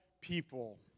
people